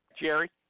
Jerry